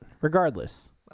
regardless